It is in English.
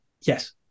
Yes